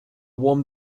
warm